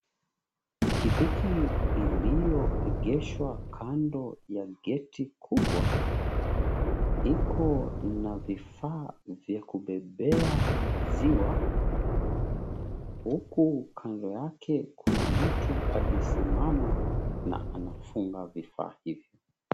Pikipiki iliyoegeshwa kando ya geti kubwa iko na vifaa vya kubebea maziwa. Huku kando yake kuna mtu aliyesimama na anafunga vifaa hivyo.